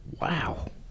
Wow